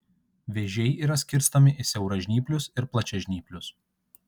vėžiai yra skirstomi į siauražnyplius ir plačiažnyplius